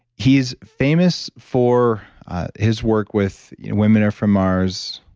he's famous for his work with women are from mars,